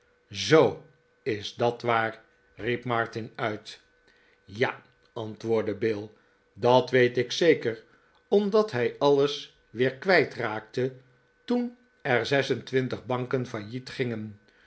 zoo is dat waar riep martin uit ja antwoordde bill dat weet ik zeker omdat hij alles weer kwijtraakte toen er zes en twintig banken failliet gingen